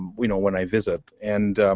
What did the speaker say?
you know when i visit? and,